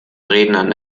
rednern